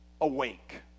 Awake